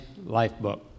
lifebook